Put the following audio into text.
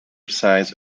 size